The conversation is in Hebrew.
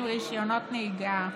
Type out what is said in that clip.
רישיונות נהיגה.